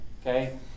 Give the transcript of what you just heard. Okay